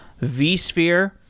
vSphere